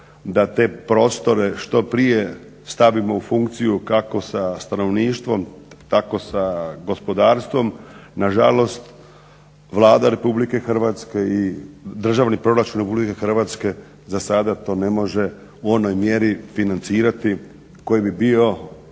da te prostore što prije stavimo u funkciju kako sa stanovništvom tako sa gospodarstvom. Nažalost, Vlada Republike Hrvatske i državni proračun Republike Hrvatske za sada to ne može u onoj mjeri financirati koji bi bio